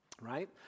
right